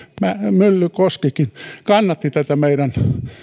myllykoskikin kannattivat tätä meidän